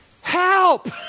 help